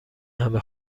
همه